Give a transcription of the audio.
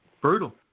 Brutal